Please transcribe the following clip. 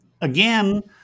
Again